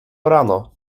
rano